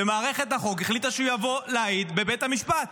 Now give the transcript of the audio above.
ומערכת החוק החליטה שהוא יבוא להעיד בבית המשפט.